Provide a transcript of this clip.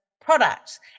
product